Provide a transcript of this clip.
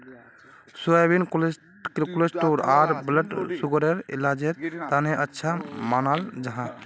soybean cholesterol आर blood सुगरर इलाजेर तने अच्छा मानाल जाहा